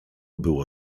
było